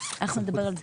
אנחנו נדבר על זה.